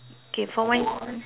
K for mine